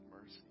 mercy